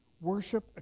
Worship